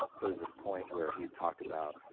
there's this point where he talked about,